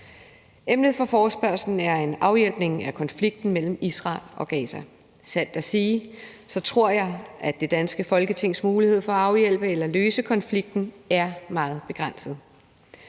Emnet for forespørgslen er en afhjælpning af konflikten mellem Israel og Gaza. Sandt at sige tror jeg, at det danske Folketings mulighed for at afhjælpe eller løse konflikten er meget begrænset.